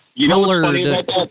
Colored